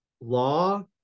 law